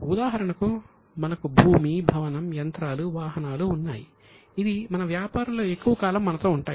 ఉదాహరణకు మనకు భూమి భవనం యంత్రాలు వాహనాలు ఉన్నాయి ఇవి మన వ్యాపారంలో ఎక్కువ కాలం మనతో ఉంటాయి